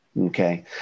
Okay